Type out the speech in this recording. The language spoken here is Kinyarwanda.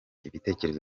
ibitekerezo